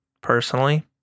personally